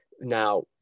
Now